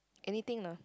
anything lah